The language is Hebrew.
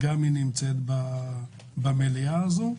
גם היא נמצאת במליאה הזו.